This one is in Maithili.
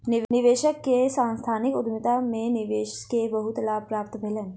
निवेशक के सांस्थानिक उद्यमिता में निवेश से बहुत लाभ प्राप्त भेलैन